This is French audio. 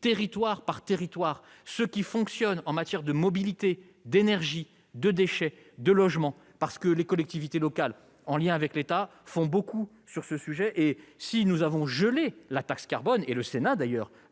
territoire par territoire, et de ce qui fonctionne en matière de mobilité, d'énergie, de déchets, de logement. Dans ce domaine, les collectivités locales, en lien avec l'État, font beaucoup. Si nous avons gelé la taxe carbone- le Sénat